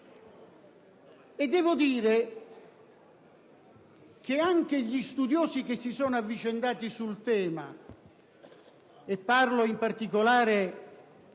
Devo dire che anche gli studiosi che si sono avvicendati sul tema (e parlo in particolare